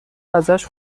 ازش